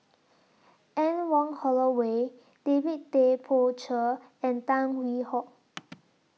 Anne Wong Holloway David Tay Poey Cher and Tan Hwee Hock